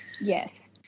yes